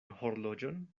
horloĝon